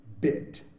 bit